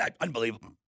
Unbelievable